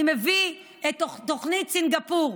אני מביא את תוכנית סינגפור.